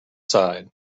side